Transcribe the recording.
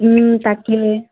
তাকে